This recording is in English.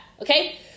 Okay